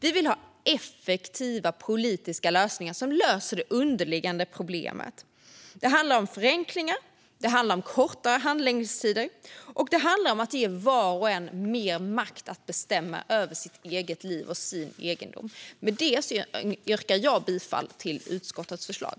Vi vill ha effektiva politiska lösningar som åtgärdar det underliggande problemet. Det handlar om förenklingar, om kortare handläggningstider och om att ge var och en mer makt att bestämma över sitt eget liv och sin egendom. Med detta yrkar jag bifall till utskottets förslag.